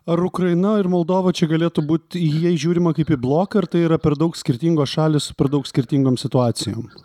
ar ukraina ir moldova čia galėtų būti į ją žiūrima kaip į bloką ir tai yra per daug skirtingos šalys su per daug skirtingom situacijom